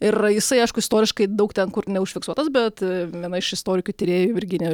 ir jisai aišku istoriškai daug ten kur neužfiksuotas bet viena iš istorikių tyrėjų virginija